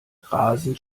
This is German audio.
rasend